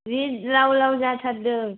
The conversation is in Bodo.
जि लाव लाव जाथारदों